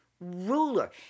ruler